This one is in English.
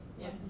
Yes